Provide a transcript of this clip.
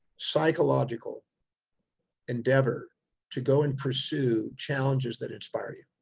psychological endeavour to go and pursue challenges that inspire you.